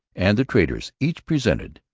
and the traders each presented.